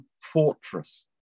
fortress